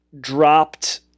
dropped